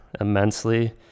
immensely